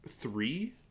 three